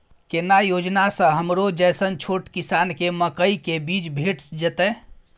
केना योजना स हमरो जैसन छोट किसान के मकई के बीज भेट जेतै?